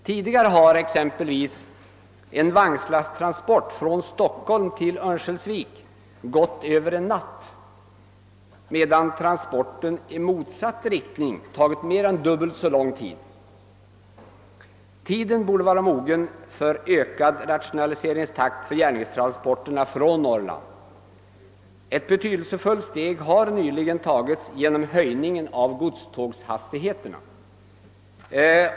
Tidigare har exempelvis en vagnslasttransport från Stockholm till Örnsköldsvik gått över en natt, medan transporten i motsatt riktning tagit mer än dubbelt så lång tid. Tiden borde vara mogen för en ökad rationaliseringstakt för järnvägstransporterna från Norrland. Ett betydelsefullt steg har nyligen tagits genom höjning av godstågshastigheterna.